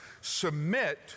submit